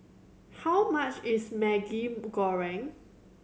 how much is Maggi Goreng